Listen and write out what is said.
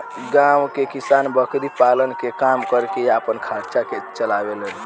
गांव के किसान बकरी पालन के काम करके आपन खर्चा के चलावे लेन